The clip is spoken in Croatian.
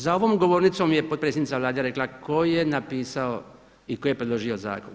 Za ovom govornicom je potpredsjednica Vlade rekla tko je napisao i tko je predložio zakon.